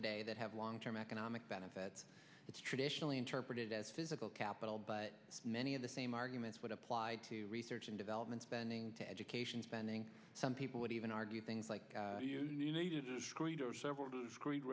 today that have long term economic benefits it's traditionally interpreted as physical capital but many of the same arguments would apply to research and development spending to education spending some people would even argue things like screens or several discre